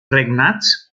regnats